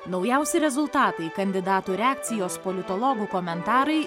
naujausi rezultatai kandidatų reakcijos politologų komentarai